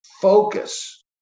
focus